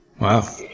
Wow